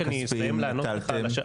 רק אני אסיים לענות לך.